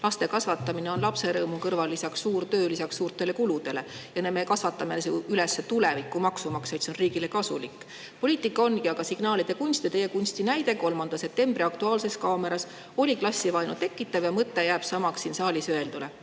laste kasvatamine on lapse rõõmu kõrval suur töö lisaks suurtele kuludele. Me kasvatame üles ju tuleviku maksumaksjaid, see on riigile kasulik. Poliitika ongi aga signaalide andmise kunst ja teie kunsti näide 3. septembri "Aktuaalses kaameras" oli klassivaenu tekitav, mõte jääb samaks siin saalis öelduga,